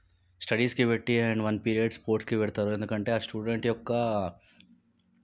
స్టడీస్కి పెట్టి and one period స్పోర్ట్స్కి పెడతారు ఎందుకంటే ఆ స్టూడెంట్ యొక్క